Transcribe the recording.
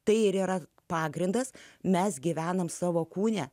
tai ir yra pagrindas mes gyvename savo kūne